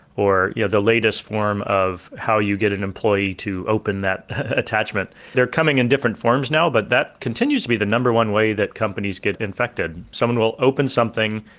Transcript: or yeah the latest form of how you get an employee to open that attachment, they're coming in different forms now, but that continues to be the number one way that companies get infected someone will open something,